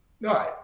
no